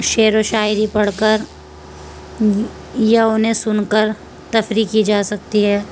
شعر و شاعری پڑھ کر یا انہیں سن کر تفریح کی جا سکتی ہے